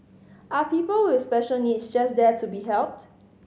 are people with special needs just there to be helped